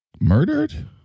murdered